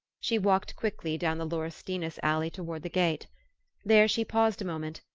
she walked quickly down the laurustinus alley toward the gate there she paused a moment,